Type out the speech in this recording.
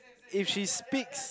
if she speaks